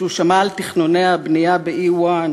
כשהוא שמע על תכנוני הבנייה ב-1E,